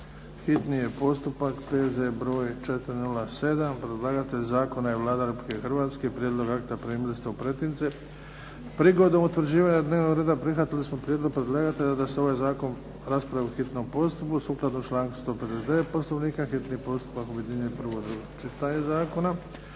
čitanje, P.Z. br. 407; Predlagatelj zakona je Vlada Republike Hrvatske. Prijedlog akta primili ste u pretince. Prigodom utvrđivanja dnevnog reda prihvatili smo prijedlog predlagatelja da se ovaj zakon raspravi u hitnom postupku sukladno članku 159. Poslovnika. Hitni postupak objedinjuje prvo